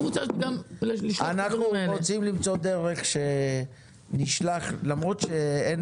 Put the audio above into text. אנחנו רוצים למצוא דרך לשלוח לכולם למרות שאין